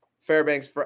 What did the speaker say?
Fairbanks